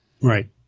Right